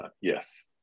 Yes